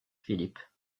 philippe